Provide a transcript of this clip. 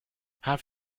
have